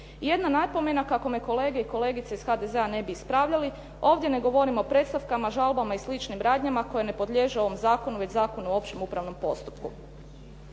Jedna napomena, kako me kolege i kolegice ne bi ispravljali, ovdje ne govorim o predstavkama, žalbama i sličnim radnjama koje ne podliježu ovom zakonu već Zakonu o općem upravnom postupku.